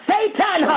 Satan